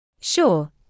Sure